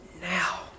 now